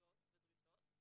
זכויות ודרישות.